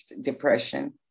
depression